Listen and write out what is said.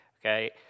okay